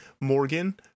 Morgan